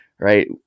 right